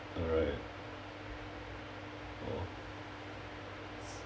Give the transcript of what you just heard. alright oh